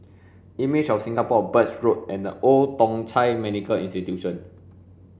Images of Singapore Birch Road and The Old Thong Chai Medical Institution